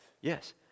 Yes